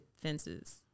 fences